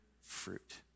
fruit